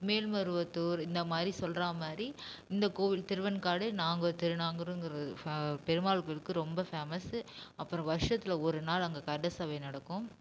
மேல்மருவத்தூர் இந்த மாதிரி சொல்லுறா மாதிரி இந்தக் கோவில் திருவெண்காடு நாங்கூர் திருநாங்கூருங்குறது ஃபே பெருமாள் கோயிலுக்கு ரொம்ப ஃபேமஸ்ஸு அப்புறம் வருஷத்தில் ஒரு நாள் அங்கே கருடசேவை நடக்கும்